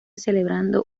celebrando